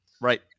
Right